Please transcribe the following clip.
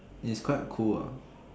it's quite cool ah